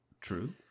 true